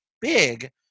big